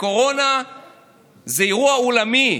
קורונה זה אירוע עולמי,